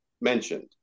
mentioned